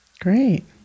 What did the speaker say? Great